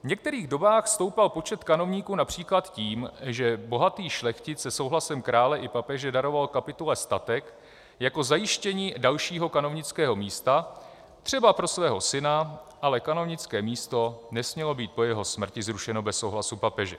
V některých dobách stoupal počet kanovníků například tím, že bohatý šlechtic se souhlasem krále i papeže daroval kapitule statek jako zajištění dalšího kanovnického místa, třeba pro svého syna, ale kanovnické místo nesmělo být po jeho smrti zrušeno bez souhlasu papeže.